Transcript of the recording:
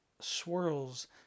swirls